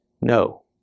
No